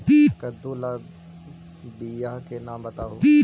कददु ला बियाह के नाम बताहु?